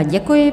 Děkuji.